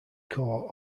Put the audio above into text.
corps